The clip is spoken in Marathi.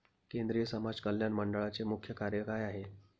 केंद्रिय समाज कल्याण मंडळाचे मुख्य कार्य काय आहे?